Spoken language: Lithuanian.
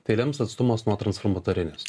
tai lems atstumas nuo transformatorinės